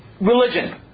religion